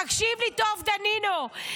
תקשיב לי טוב, דנינו.